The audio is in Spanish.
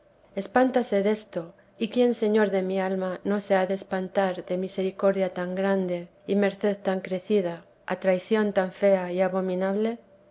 quitan espántase desto y quién señor de mi alma no se ha de espantar de misericordia tan grande y merced tan crecida a traición tan fea y abominable